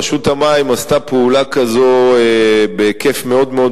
רשות המים עשתה פעולה כזאת בהיקף מאוד מאוד